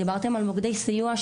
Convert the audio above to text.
דיברתם על מוקדי סיוע,